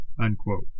unquote